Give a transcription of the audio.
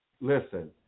listen